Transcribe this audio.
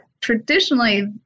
traditionally